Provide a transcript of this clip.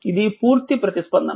ఇది పూర్తి ప్రతిస్పందన